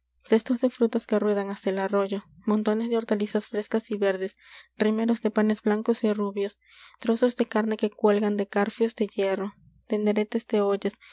allá cestos de frutas que ruedan hasta el arroyo montones de hortalizas frescas y verdes rimeros de panes blancos y rubios trozos de carne que cuelgan de garfios de hierro tenderetes de ollas